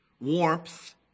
warmth